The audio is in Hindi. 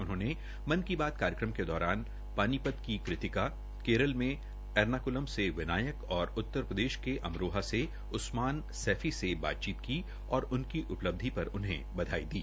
उन्होंने मन की बात कार्यक्रम के दौरान पानीपत की कृतिका केरल में एरनाक्लम से विनायक और उतरप्रदेश के में अमरोहा से उस्मान सैफी से बातचीत की और उनकी उपलब्धि पर उन्हें बधाई दी